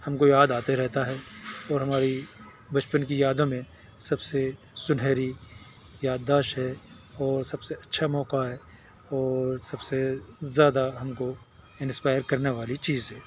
ہم کو یاد آتے رہتا ہے اور ہماری بچپن کی یادوں میں سب سے سنہری یاداشت ہے اور سب سے اچھا موقع ہے اور سب سے زیادہ ہم کو انسپائر کرنے والی چیز ہے